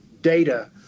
data